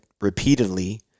repeatedly